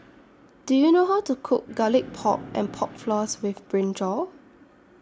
Do YOU know How to Cook Garlic Pork and Pork Floss with Brinjal